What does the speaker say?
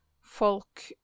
folk